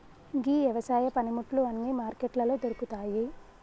గీ యవసాయ పనిముట్లు అన్నీ మార్కెట్లలో దొరుకుతాయి